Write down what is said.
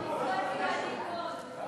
יש בקשות דיבור.